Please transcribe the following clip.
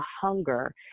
hunger